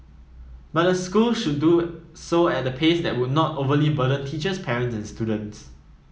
but the school should do so at a pace that would not overly burden teachers parents and students